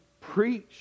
preach